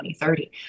2030